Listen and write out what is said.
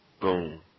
Boom